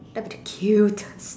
that'd be cute